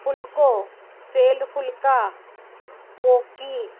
फ़ुल्को सेयल फ़ुल्का कोकी